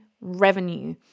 revenue